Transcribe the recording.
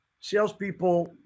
salespeople